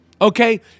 Okay